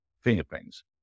fingerprints